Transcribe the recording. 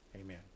Amen